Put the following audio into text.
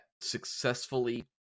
successfully